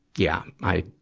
yeah. i,